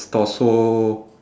his torso